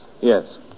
Yes